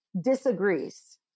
disagrees